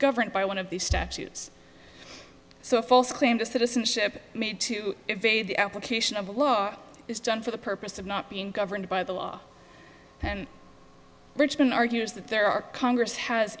governed by one of these statutes so a false claim to citizenship made to evade the application of the law is done for the purpose of not being governed by the law and richmond argues that there are congress has